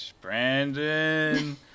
Brandon